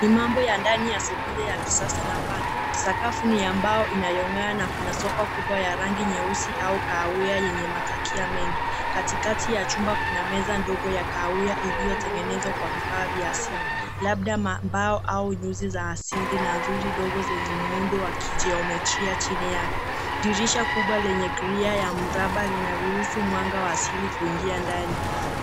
Ni mambo ya ndani ya sebule ya kisasa na fani. Sakafu ni ya mbao inayong'aa na kuna sofa kubwa ya rangi nyeusi au kahawia yenye matakia mengi. Katikati ya chumba kuna meza ndogo ya kahawia iliyotengenezwa kwa vifaa vya asili. Labda mabao au nyuzi za asili na nzuri ndogo zenye muundo wa kijiometria chini yake. Dirisha kubwa lenye griya ya mraba linaruhusu mwanga wa asili kuingia ndani.